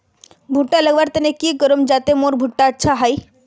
भुट्टा लगवार तने की करूम जाते मोर भुट्टा अच्छा हाई?